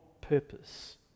purpose